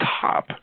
top